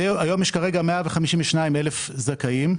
היום יש כרגע 152,000 זכאים.